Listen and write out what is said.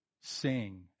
sing